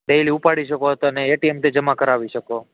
daily ઉપાડી શકો અથવા એટીએમથી જમા કરાવી શકો